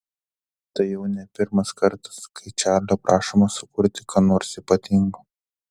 tai jau ne pirmas kartas kai čarlio prašoma sukurti ką nors ypatingo